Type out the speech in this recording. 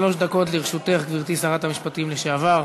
שלוש דקות לרשותך, גברתי שרת המשפטים לשעבר.